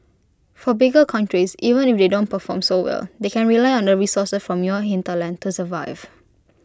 for bigger countries even they don't perform so well they can rely on the resources from your hinterland to survive